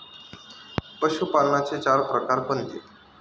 पशुपालनाचे चार प्रकार कोणते?